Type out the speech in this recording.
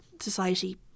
society